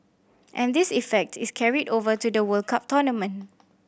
and this effect is carried over to the World Cup tournament